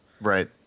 Right